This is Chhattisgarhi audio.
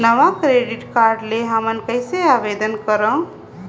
नवा डेबिट कार्ड ले हमन कइसे आवेदन करंव?